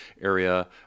area